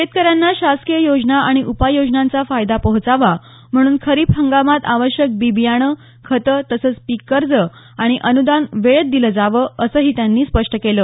शेतकऱ्यांना शासकीय योजना आणि उपाययोजनांचा फायदा पोहचावा म्हणून खरिप हंगामात आवश्यक बी बियाणं खतं तसंच पिक कर्ज आणि अनुदान वेळेत दिलं जावं असंही त्यांनी स्पष्ट केलं